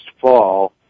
fall